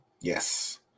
Yes